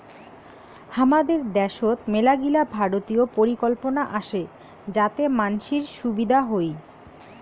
হামাদের দ্যাশোত মেলাগিলা ভারতীয় পরিকল্পনা আসে যাতে মানসির সুবিধা হই